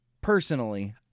personally